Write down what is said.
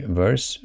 verse